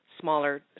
smaller